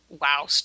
Wow